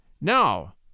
Now